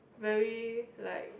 very like